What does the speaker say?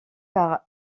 par